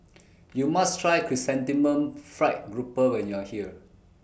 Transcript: YOU must Try Chrysanthemum Fried Grouper when YOU Are here